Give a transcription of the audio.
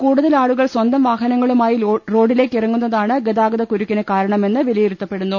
കൂടുതൽ ആളുകൾ സ്വന്തർ ്വാഹനങ്ങളുമായി റോഡി ലേക്കിറങ്ങുന്നതാണ് ഗതാഗതകുരുക്കിന് കാരണമെന്ന് വിലയിരു ത്തപ്പെടുന്നു